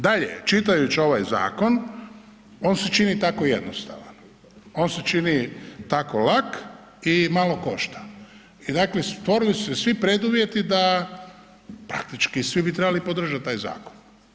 Dalje, čitajuć ovaj zakon, on se čini tako jednostavan, on se čini tako lak i malo košta i dakle, stvorili su se svi preduvjeti da praktički svi bi trebali podržat taj zakon.